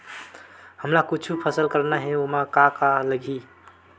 हमन ला कुछु फसल करना हे ओमा का का लगही?